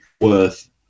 worth